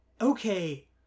okay